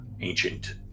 ancient